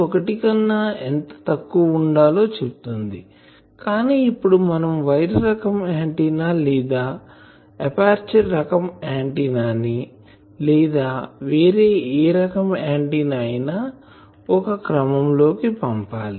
ఒకటి కన్నా ఎంత తక్కువ ఉండాలో చెప్తుంది కానీ ఇప్పుడు మనం వైర్ రకం ఆంటిన్నా లేదా ఎపర్చరు రకం ఆంటిన్నా ని లేదా వేరే ఏరకం ఆంటిన్నా అయినా ఒక క్రమం లో పంపాలి